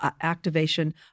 activation